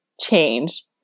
change